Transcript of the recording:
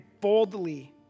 boldly